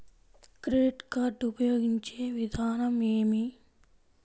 Credit card ఉపయోగించే విధానం ఏమి?